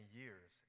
years